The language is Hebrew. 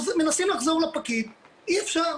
מנסים לחזור לפקיד, אי אפשר.